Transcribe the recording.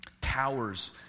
towers